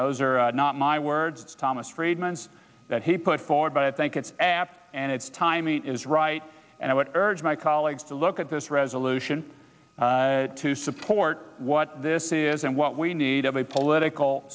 those are not my words thomas friedman's that he put forward but i think it's apt and its timing is right and i would urge my colleagues to look at this resolution to support what this is and what we need of a political